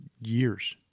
years